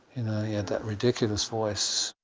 he had that ridiculous voice.